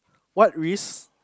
what risk